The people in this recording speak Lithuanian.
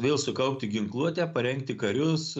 vėl sukaupti ginkluotę parengti karius